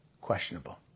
questionable